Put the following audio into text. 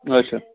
اچھا